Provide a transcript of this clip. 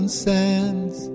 sands